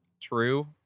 true